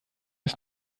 ist